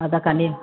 அதுதான் கன்னியா